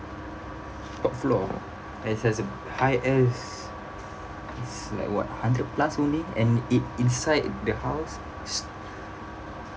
top floor it has a high ass it's like what hundred plus only and it inside the house